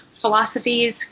philosophies